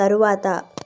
తరువాత